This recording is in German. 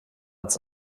ins